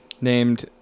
named